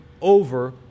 over